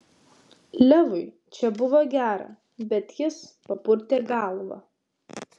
levui čia buvo gera bet jis papurtė galvą